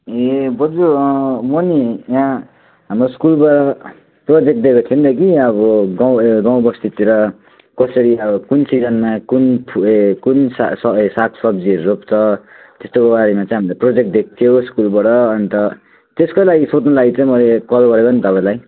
ए बज्यू म नि यहाँ हाम्रो स्कुलबाट प्रोजेक्ट दिएको थियो कि अब गाउँ ए गाउँबस्तीतिर कसरी अब कुन सिजनमा कुन फुल ए कुन साग स साग सब्जीहरू रोप्छ त्यस्तोको बारेमा हामीलाई प्रोजेक्ट दिएको थियो स्कुलबाट अन्त त्यसकै लागि सोध्नुलाई चाहिँ मैले कल गरेको नि तपाईँलाई